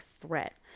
threat